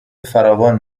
فراوان